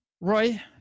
Roy